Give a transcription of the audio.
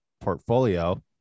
portfolio